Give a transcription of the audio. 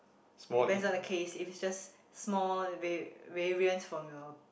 it depends on the case if it's just small var~ variants from your